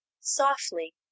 Softly